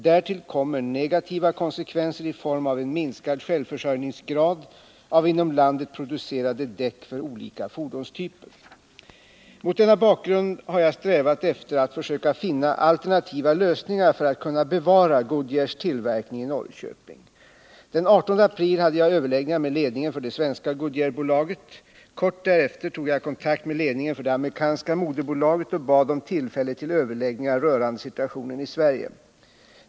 Därtill kommer negativa konsekvenser i form av en minskad självförsörjningsgrad av inom landet producerade däck för olika fordonstyper. Mot denna bakgrund har jag strävat efter att försöka finna alternativa lösningar för att kunna bevara Goodyears tillverkning i Norrköping. Den 18 april hade jag överläggningar med ledningen för det svenska Goodyearbolaget. Kort därefter tog jag kontakt med ledningen för det amerikanska moderbolaget och bad om tillfälle till överläggningar rörande situationen i Sverige.